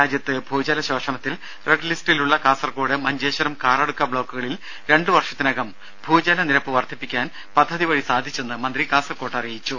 രാജ്യത്ത് ഭൂജല ശോഷണത്തിൽ റെഡ് ലിസ്റ്റിലുള്ള കാസർക്കോട് മഞ്ചേശ്വരം കാറഡുക്ക ബ്ലോക്കുകളിൽ രണ്ടു വർഷത്തിനകം ഭൂജല നിരപ്പ് വർധിപ്പിക്കാൻ പദ്ധതി വഴി സാധിച്ചെന്ന് മന്ത്രി കാസർക്കോട് അറിയിച്ചു